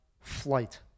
Flight